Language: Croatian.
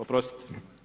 Oprostite.